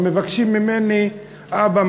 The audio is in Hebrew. מבקשים ממני: אבא,